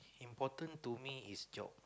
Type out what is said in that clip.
important to me is job